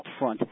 upfront